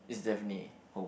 is definitely home